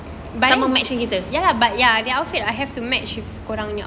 sama match dengan kita